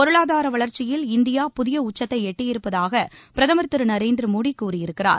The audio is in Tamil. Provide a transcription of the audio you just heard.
பொருளாதார வளர்ச்சியில் இந்தியா புதிய உச்சத்தை எட்டியிருப்பதாக பிரதமர் திரு நரேந்திர மோடி கூறியிருக்கிறார்